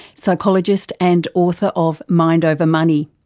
psychologist and author of mind over money.